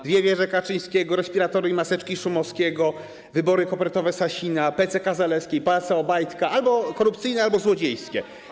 Dwie wieże Kaczyńskiego, respiratory i maseczki Szumowskiego, wybory kopertowe Sasina, PCK Zalewskiej, pałace Obajtka - albo korupcyjne, albo złodziejskie.